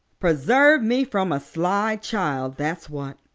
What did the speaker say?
preserve me from a sly child, that's what.